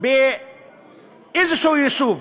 באיזה יישוב,